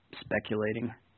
speculating